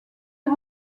est